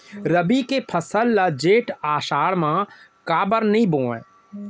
रबि के फसल ल जेठ आषाढ़ म काबर नही बोए?